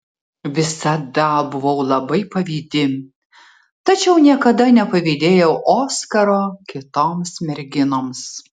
visada buvau labai pavydi tačiau niekada nepavydėjau oskaro kitoms merginoms